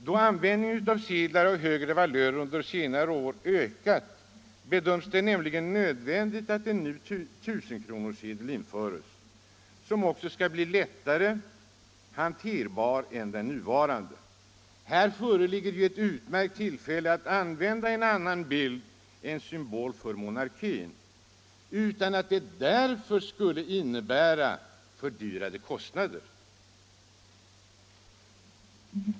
Då användningen av sedlar av högre valör under senare år ökat bedöms det nämligen som nödvändigt att en ny 1 000-kronorssedel införs som skall bli lättare att hantera än den nuvarande. Här finns ett utmärkt tillfälle att använda en bild som inte är symbol för monarkin, utan att detta skulle innebära förhöjda kostnader.